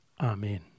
Amen